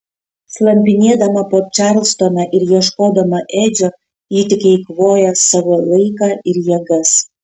slampinėdama po čarlstoną ir ieškodama edžio ji tik eikvoja savo laiką ir jėgas